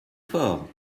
fort